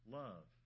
love